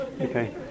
Okay